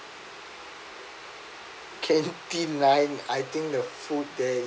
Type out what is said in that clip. canteen nine I think the food there